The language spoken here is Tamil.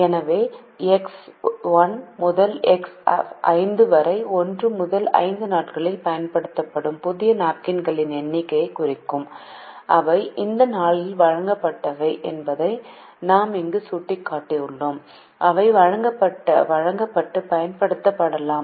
எனவே எக்ஸ் 1 முதல் எக்ஸ் 5 வரை 1 முதல் 5 நாட்களில் பயன்படுத்தப்படும் புதிய நாப்கின்களின் எண்ணிக்கையைக் குறிக்கும் அவை அந்த நாளில் வாங்கப்பட்டவை என்பதை நான் இங்கு சுட்டிக்காட்டியுள்ளேன் அவை வாங்கப்பட்டு பயன்படுத்தப்படலாம்